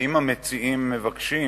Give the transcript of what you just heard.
ואם המציעים מבקשים,